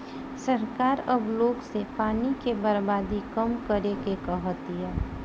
सरकार अब लोग से पानी के बर्बादी कम करे के कहा तिया